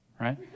right